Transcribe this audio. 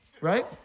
right